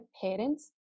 parents